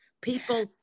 People